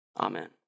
Amen